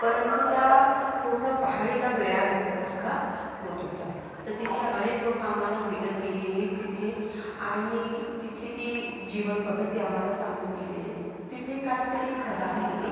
परंतु त्या पूर्ण पहाडीला वेढा घातल्यासारखा होत होता तर तिथे अनेक लोक आम्हाला भेटत गेलेली तिथे आणि तिथली ती जीवनपद्धती आम्हाला सांगत गेलेले आहेत तिथे काहीतरी खदान होती